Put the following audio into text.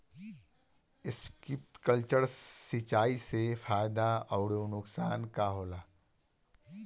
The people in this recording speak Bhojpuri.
स्पिंकलर सिंचाई से फायदा अउर नुकसान का होला?